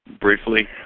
briefly